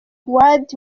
world